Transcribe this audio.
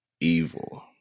Evil